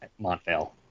Montvale